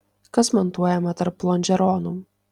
kas montuojama tarp lonžeronų